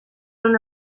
una